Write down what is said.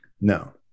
No